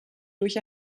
durch